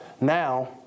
Now